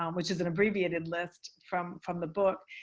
um which is an abbreviated list from from the book,